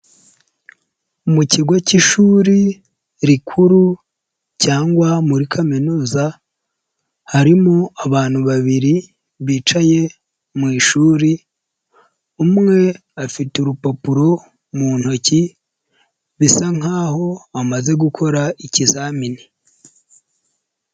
Mu kigo cy'ishuri, rikuru, cyangwa muri kaminuza, harimo abantu babiri, bicaye mu ishuri, umwe afite urupapuro mu ntoki, bisa nkaho amaze gukora ikizamini.